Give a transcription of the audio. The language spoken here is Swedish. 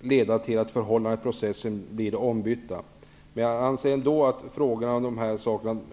leda till att förhållandet i processen blir det omvända.